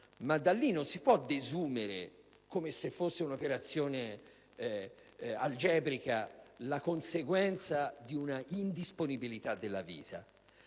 Da ciò però non si può desumere, come se fosse un'operazione algebrica, la conseguenza di una indisponibilità della vita.